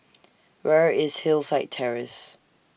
Where IS Hillside Terrace